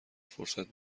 فرصت